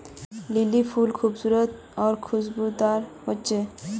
lily फुल खूबसूरत आर खुशबूदार होचे